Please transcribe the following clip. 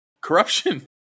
Corruption